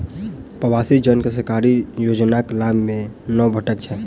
प्रवासी जन के सरकारी योजनाक लाभ नै भेटैत छै